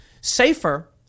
safer